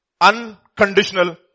Unconditional